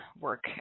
work